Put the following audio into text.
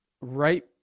right